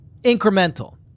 Incremental